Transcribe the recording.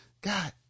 God